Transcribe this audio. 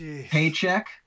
Paycheck